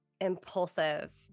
impulsive